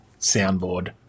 soundboard